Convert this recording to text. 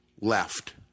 left